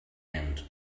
end